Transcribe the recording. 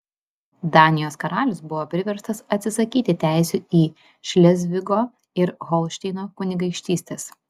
danijos karalius buvo priverstas atsisakyti teisių į šlezvigo ir holšteino kunigaikštystes